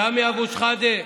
סמי אבו שחאדה,